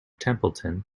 templeton